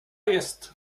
jest